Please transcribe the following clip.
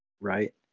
right